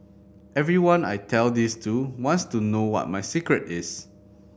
everyone I tell this to wants to know what my secret is